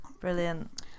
Brilliant